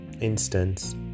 instance